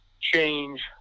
change